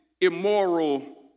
immoral